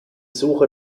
suche